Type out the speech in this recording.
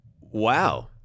Wow